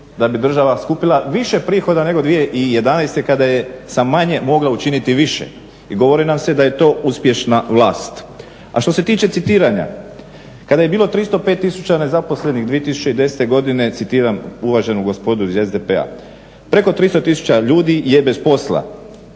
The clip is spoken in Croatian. da bi država skupila više prihoda nego 2011. kada je sa manje mogla učiniti više. I govori nam se da je to uspješna vlast. A što se tiče citiranja. Kada je bilo 305000 nezaposlenih 2010. godine citiram uvaženu gospodu iz SDP-a, preko 300000 ljudi je bez posla.